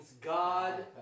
God